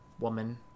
woman